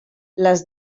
les